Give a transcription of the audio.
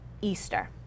Easter